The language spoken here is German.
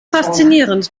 faszinierend